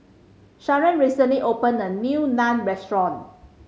Sharen recently opened a new Naan Restaurant